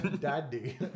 Daddy